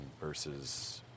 versus